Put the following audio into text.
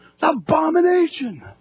abomination